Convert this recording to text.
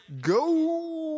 go